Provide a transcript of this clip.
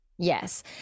Yes